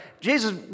Jesus